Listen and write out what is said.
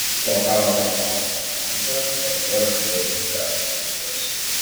tuo karo laikotarpiu fronte vargu ar galėjai būti apskųstas